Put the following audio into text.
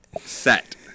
set